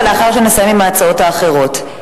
אבל לאחר שנסיים עם ההצעות האחרות.